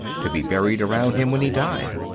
to be buried around him when he died.